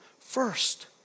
first